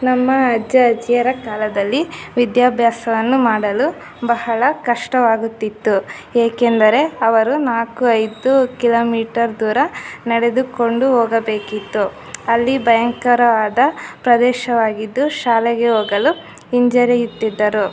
ನಮ್ಮ ಅಜ್ಜ ಅಜ್ಜಿಯರ ಕಾಲದಲ್ಲಿ ವಿದ್ಯಾಭ್ಯಾಸವನ್ನು ಮಾಡಲು ಬಹಳ ಕಷ್ಟವಾಗುತ್ತಿತ್ತು ಏಕೆಂದರೆ ಅವರು ನಾಲ್ಕು ಐದು ಕಿಲೋಮೀಟರ್ ದೂರ ನಡೆದುಕೊಂಡು ಹೋಗಬೇಕಿತ್ತು ಅಲ್ಲಿ ಭಯಂಕರವಾದ ಪ್ರದೇಶವಾಗಿದ್ದು ಶಾಲೆಗೆ ಹೋಗಲು ಹಿಂಜರಿಯುತ್ತಿದ್ದರು